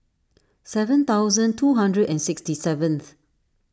seven thousand two hundred and sixty seventh